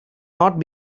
not